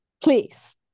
please